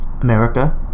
America